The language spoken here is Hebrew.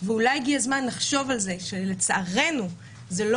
ואולי הגיע הזמן לחשוב על זה שלצערנו זה לא